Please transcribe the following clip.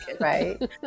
right